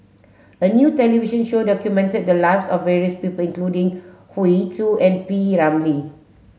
a new television show documented the lives of various people including Hoey Choo and P Ramlee